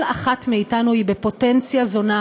כל אחת מאתנו היא בפוטנציה זונה,